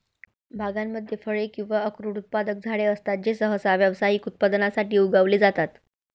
बागांमध्ये फळे किंवा अक्रोड उत्पादक झाडे असतात जे सहसा व्यावसायिक उत्पादनासाठी उगवले जातात